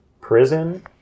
prison